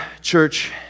church